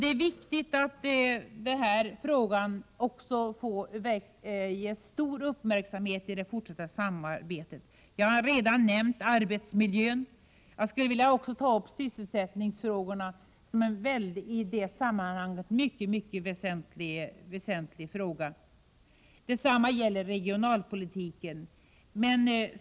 Det är viktigt att dessa frågor också ges stor uppmärksamhet i det fortsatta samarbetet. Jag har redan nämnt arbetsmiljön, och vidare är frågorna om sysselsättning och regionalpolitik mycket väsentliga.